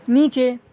نیچے